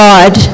God